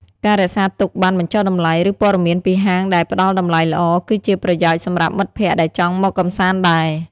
ការរក្សាទុកប័ណ្ណបញ្ចុះតម្លៃ ឬព័ត៌មានពីហាងដែលផ្ដល់តម្លៃល្អ គឺជាប្រយោជន៍សម្រាប់មិត្តភក្តិដែលចង់មកកម្សាន្តដែរ។